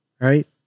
Right